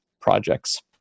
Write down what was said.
projects